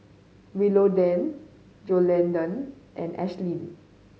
Willodean Joellen and Ashtyn